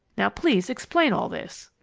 now please explain all this!